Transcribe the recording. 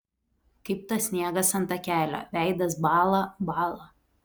kaip tas sniegas ant takelio veidas bąla bąla